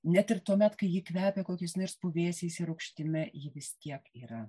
net ir tuomet kai ji kvepia kokiais nors puvėsiais ir rūgštimi ji vis tiek yra